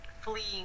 fleeing